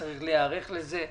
צריך להיערך לזה.